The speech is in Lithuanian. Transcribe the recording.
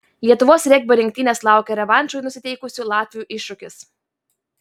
lietuvos regbio rinktinės laukia revanšui nusiteikusių latvių iššūkis